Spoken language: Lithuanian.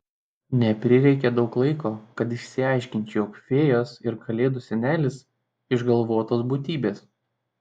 neprireikė daug laiko kad išsiaiškinčiau jog fėjos ir kalėdų senelis išgalvotos būtybės